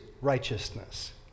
righteousness